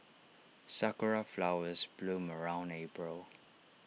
Sakura Flowers bloom around April